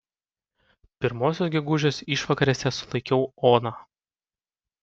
pirmosios gegužės išvakarėse sulaikiau oną